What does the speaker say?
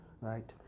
Right